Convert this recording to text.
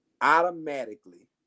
Automatically